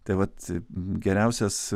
tai vat geriausias